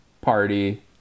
party